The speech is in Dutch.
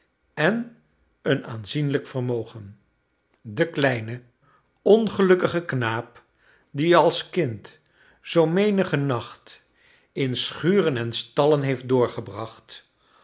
en een aanzienlijk vermogen de kleine ongelukkige knaap die als kind zoo menigen nacht in schuren en stallen heeft doorgebracht